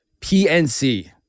PNC